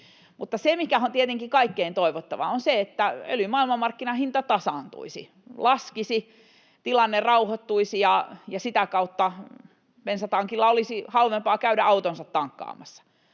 korkea se on. On tietenkin kaikkein toivottavinta, että öljyn maailmanmarkkinahinta tasaantuisi, laskisi, tilanne rauhoittuisi ja sitä kautta bensatankilla olisi halvempaa käydä autonsa tankkaamassa.